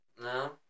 No